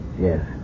Yes